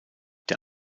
der